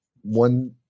one